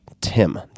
tim